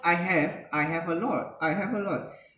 I have I have a lot I have a lot